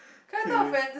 to